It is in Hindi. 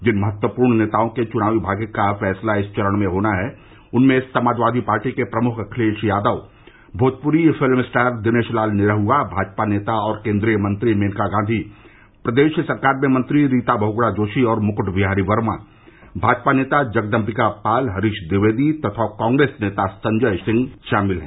जिन महत्वपूर्ण नेतओं के चुनावी भाग्य का फैसला होना है उनमें समाजवादी पार्टी के प्रमुख अखिलेश यादव भोजपुरी फिल्म स्टार दिनेश लाल यादव निरहुआ भाजपा नेता और केंद्रीय मंत्री मेनका गांधी प्रदेश सरकार में मंत्री रीता बहुग्णा जोशी और मुकुट बिहारी वर्मा भाजपा नेता जगदंबिका पाल हरीश ट्विवेदी तथा कांग्रेस नेता संजय सिंह शामिल हैं